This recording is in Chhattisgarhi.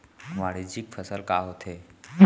वाणिज्यिक फसल का होथे?